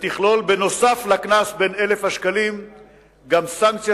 ותכלול נוסף על הקנס בן 1,000 השקלים גם סנקציה